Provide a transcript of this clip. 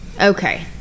Okay